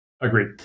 agreed